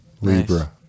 Libra